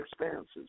expanses